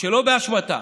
ושלא באשמתה,